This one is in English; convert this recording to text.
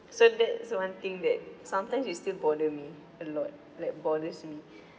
so that's one thing that sometimes it still bother me a lot like bothers me